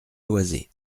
loizé